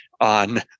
on